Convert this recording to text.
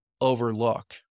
overlook